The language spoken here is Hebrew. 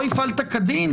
לא הפעלת כדין